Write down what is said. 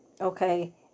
okay